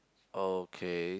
okay